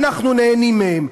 אנחנו נהנים מהם.